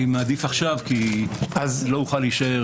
כן, כי לא אוכל להישאר.